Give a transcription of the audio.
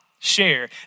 share